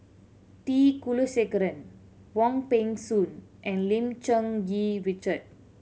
T Kulasekaram Wong Peng Soon and Lim Cherng Yih Richard